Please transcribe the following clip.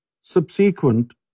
subsequent